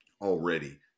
already